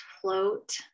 float